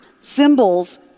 symbols